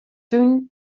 tún